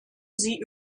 sie